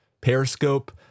Periscope